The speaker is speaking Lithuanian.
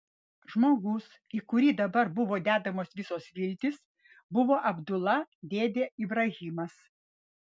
žmogus į kurį dabar buvo dedamos visos viltys buvo abdula dėdė ibrahimas